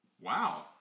Wow